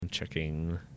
checking